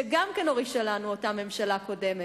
שגם אותו הורישה לנו אותה ממשלה קודמת,